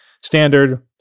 standard